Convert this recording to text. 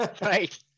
right